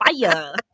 fire